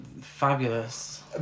Fabulous